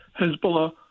Hezbollah